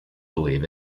believe